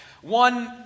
One